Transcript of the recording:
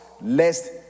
lest